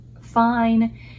fine